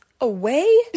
away